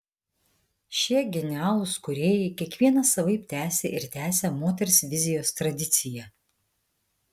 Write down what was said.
šie genialūs kūrėjai kiekvienas savaip tęsė ir tęsia moters vizijos tradiciją